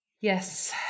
Yes